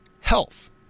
health